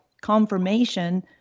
confirmation